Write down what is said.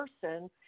person